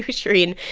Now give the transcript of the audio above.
shereen.